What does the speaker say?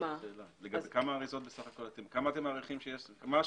כמה אריזות אתם מעריכים מה השוק?